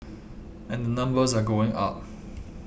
and the numbers are going up